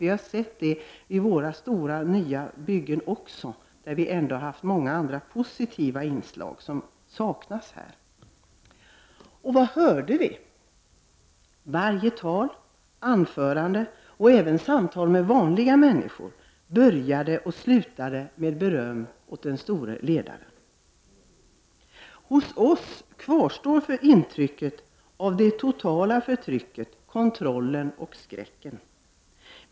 Vi har kunnat se det även i våra stora nya byggen, där vi ändå har haft många andra positiva inslag, som saknades där. Vad hörde vi? Varje tal, anförande och även samtal med ”vanliga människor” började och slutade med beröm åt ”den store ledaren”. Hos oss kvarstår intrycket av det totala förtrycket, kontrollen och skräcken.